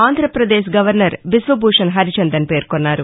Andhra Pradesh governor Biswabhusan Harichandan పేర్కొన్నారు